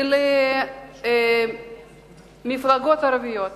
ולמפלגות הערביות